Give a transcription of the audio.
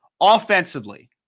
Offensively